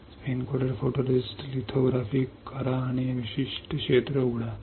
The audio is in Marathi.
स्पिन कोट फोटोरिस्टिस्ट लिथोग्राफी करा आणि हे विशिष्ट क्षेत्र उघडा